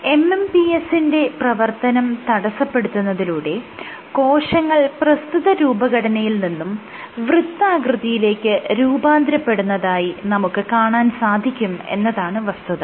MMPs സിന്റെ പ്രവർത്തനം തടസ്സപ്പെടുത്തുന്നതിലൂടെ കോശങ്ങൾ പ്രസ്തുത രൂപഘടനയിൽ നിന്നും വൃത്താകൃതിയിലേക്ക് രൂപാന്തരപ്പെടുന്നതായി നമുക്ക് കാണാൻ സാധിക്കും എന്നതാണ് വസ്തുത